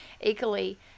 equally